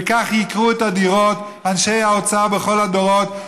וכך ייקרו את הדירות אנשי האוצר בכל הדורות,